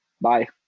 bye